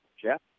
Jeff